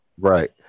Right